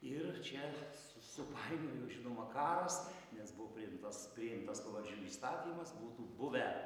ir čia s s supainiojo žinoma karas nes buvo priimtas priimtas pavardžių įstatymas būtų buvę